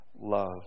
love